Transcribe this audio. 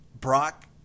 Brock